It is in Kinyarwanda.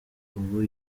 ubu